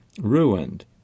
ruined